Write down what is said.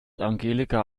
angelika